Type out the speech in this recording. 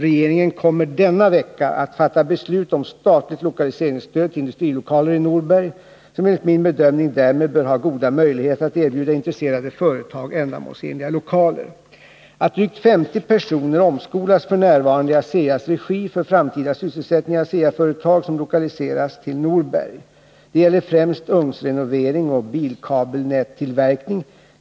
Regeringen kommer denna vecka att fatta beslut om statligt lokaliseringsstöd till Industrilokaler i Norberg, som enligt min bedömning därmed borde ha goda möjligheter att erbjuda intresserade företag ändamålsenliga lokaler, att drygt 50 personer omskolas f.n. i ASEA:s regi för framtida sysselsättning i ASEA-företag som lokaliseras till Norberg. Det gäller främst ugnsrenovering och bilkabelnättillverkning.